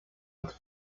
with